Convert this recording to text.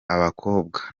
abakobwa